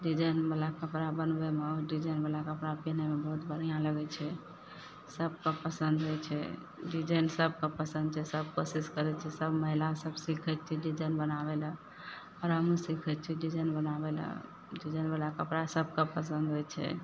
डिजाइनवला कपड़ा बनबयमे आओर डिजाइनवला कपड़ा पीन्हयमे बहुत बढ़िआँ लगय छै सबके पसन्द होइ छै डिजाइन सबके पसन्द छै सब कोशिश करय छै सब महिला सब सीखय छै डिजाइन बनाबय लए आओर हमहुँ सीखय छी डिजाइन बनाबय लए डिजाइनवला कपड़ा सबके पसन्द होइ छै